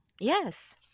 Yes